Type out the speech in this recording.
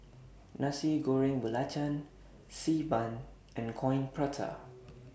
Nasi Goreng Belacan Xi Ban and Coin Prata